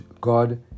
God